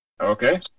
Okay